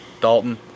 Dalton